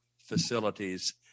facilities